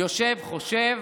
יושב, חושב,